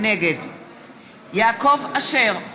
נגד יעקב אשר,